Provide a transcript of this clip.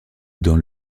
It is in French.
dans